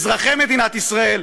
אזרחי מדינת ישראל,